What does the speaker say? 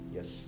Yes